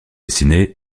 dessinées